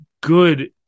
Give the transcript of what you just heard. good